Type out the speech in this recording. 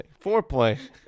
Foreplay